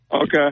Okay